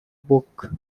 book